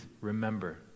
remember